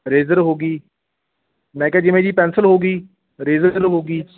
razor ਹੋ ਗਈ ਮੈਂ ਕਿਹਾ ਜਿਵੇਂ ਜੀ ਪੈਂਸਿਲ ਹੋ ਗਈ ਰੇਜ਼ਰ ਹੋ ਗਈ